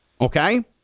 okay